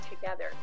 together